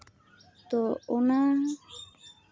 ᱛᱚ ᱚᱱᱟ